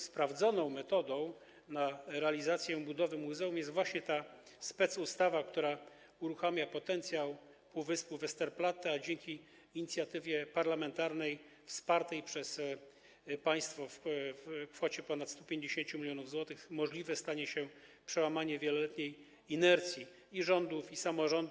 Sprawdzoną metodą realizacji budowy muzeum jest właśnie specustawa, która uruchamia potencjał półwyspu Westerplatte, a dzięki inicjatywie parlamentarnej wspartej przez państwo kwotą ponad 150 mln zł możliwe stanie się przełamanie wieloletniej inercji i rządów, i samorządu.